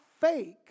fake